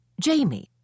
Jamie